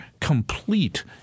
complete